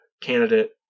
candidate